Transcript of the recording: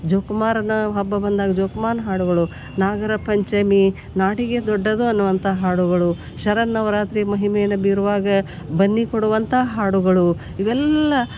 ಜೊಕುಮಾರನ ಹಬ್ಬ ಬಂದಾಗೆ ಜೋಕುಮಾರನ ಹಾಡುಗಳು ನಾಗರ ಪಂಚಮಿ ನಾಡಿಗೆ ದೊಡ್ಡದು ಅನ್ನುವಂಥ ಹಾಡುಗಳು ಶರನ್ನವರಾತ್ರಿ ಮಹಿಮೆಯನ್ನು ಬೀರುವಾಗ ಬನ್ನಿ ಕೊಡುವಂಥ ಹಾಡುಗಳು ಇವೆಲ್ಲ